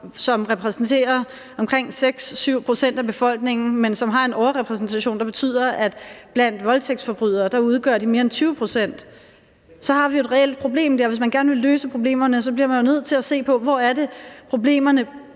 som repræsenterer omkring 6-7 pct. af befolkningen, men som har en overrepræsentation, der betyder, at de blandt voldtægtsforbrydere udgør mere end 20 pct., så har vi jo der et reelt problem, og hvis man gerne vil løse problemerne, bliver man nødt til at se på, hvor det er, problemerne